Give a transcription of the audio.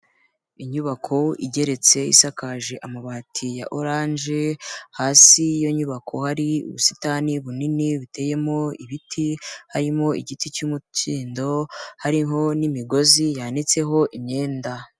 Inyubako igeretse, isakaje amabati ya oranje, hasi y'iyo nyubako hari ubusitani bunini buteyemo ibiti, harimo igiti cy'umukindo, hariho n'imigozi yanitseho imyenda.